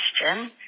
question